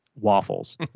waffles